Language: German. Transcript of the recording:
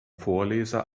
vorleser